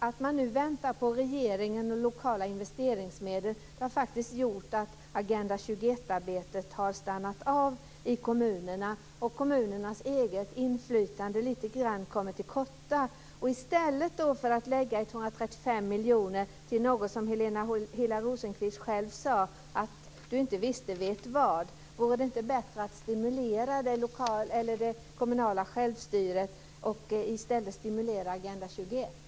Att man väntar på regeringen och lokala investeringsmedel har gjort att Agenda 21-arbetet har stannat av i kommunerna, och kommunernas eget inflytande har kommit lite till korta. I stället för att lägga 135 miljoner på något som Helena Hillar Rosenqvist själv sade sig inte veta vad, vore det inte bättre att stimulera det kommunala självstyret och Agenda 21?